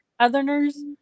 southerners